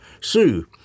Sue